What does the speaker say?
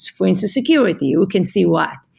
for instance, security. we can see why.